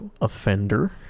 offender